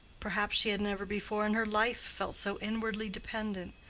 perhaps she had never before in her life felt so inwardly dependent,